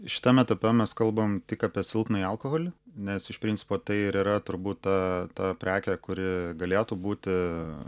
šitam etape mes kalbam tik apie silpnąjį alkoholį nes iš principo tai ir yra turbūt ta ta prekė kuri galėtų būti